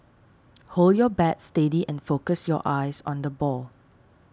hold your bat steady and focus your eyes on the ball